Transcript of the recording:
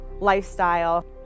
lifestyle